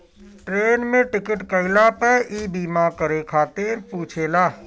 train में ticket कईला पअ इ बीमा करे खातिर पुछेला